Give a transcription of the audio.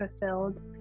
fulfilled